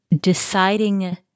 deciding